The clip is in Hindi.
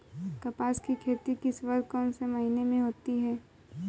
कपास की खेती की शुरुआत कौन से महीने से होती है?